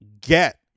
get